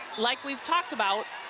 likewe've talked about,